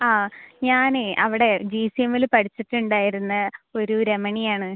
ആ ഞാനേ അവിടെ ജി സി എമ്മിൽ പഠിച്ചിട്ടുണ്ടായിരുന്ന ഒരു രമണിയാണ്